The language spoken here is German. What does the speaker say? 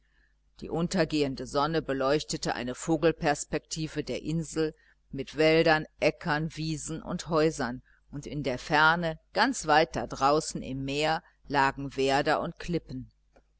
die untergehende sonne beleuchtete eine vogelperspektive der insel mit wäldern ackern wiesen und häusern und in der ferne ganz weit da draußen im meer lagen werder und klippen